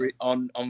on